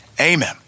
amen